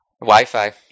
Wi-Fi